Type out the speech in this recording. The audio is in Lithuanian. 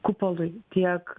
kupolui tiek